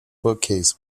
bookcase